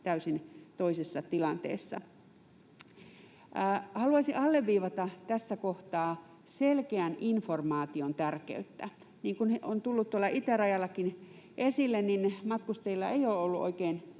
täysin toisessa tilanteessa. Haluaisin alleviivata tässä kohtaa selkeän informaation tärkeyttä. Niin kuin on tullut tuolla itärajallakin esille, matkustajilla ei ole ollut oikein